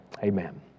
amen